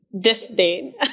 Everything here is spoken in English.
disdain